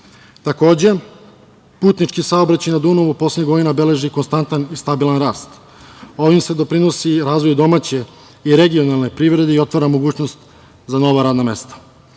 putnički saobraćaj na Dunavu poslednjih godina beleži konstantan i stabilan rast. Ovim se doprinosi i razvoju domaće i regionalne privrede i otvara mogućnost za nova radna